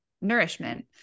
nourishment